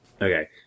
Okay